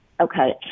Okay